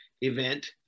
event